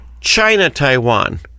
China-Taiwan